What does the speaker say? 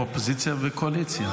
אופוזיציה וקואליציה.